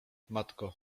matko